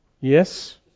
Yes